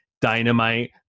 dynamite